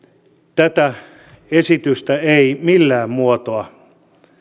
tätä esitystä ei millään muotoa